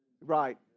Right